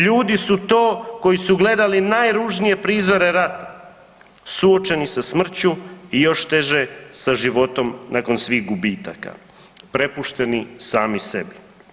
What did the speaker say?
Ljudi su to koji su gledali najružnije prizore rata suočeni sa smrću i još teže sa životom nakon svih gubitka, prepušteni sami sebi.